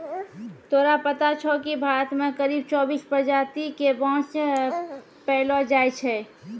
तोरा पता छौं कि भारत मॅ करीब चौबीस प्रजाति के बांस पैलो जाय छै